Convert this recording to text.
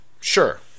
Sure